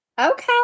Okay